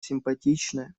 симпатичная